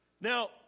Now